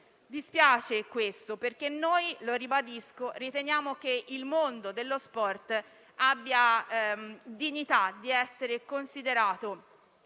dispiace perché noi - lo ribadisco - riteniamo che il mondo dello sport abbia dignità e debba essere considerato